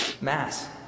Mass